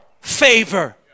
favor